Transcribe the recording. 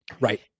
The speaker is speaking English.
Right